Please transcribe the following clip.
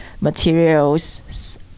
materials